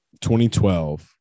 2012